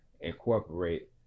incorporate